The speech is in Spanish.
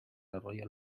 arroyo